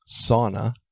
sauna